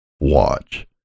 watch